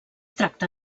tracta